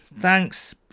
Thanks